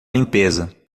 limpeza